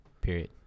Period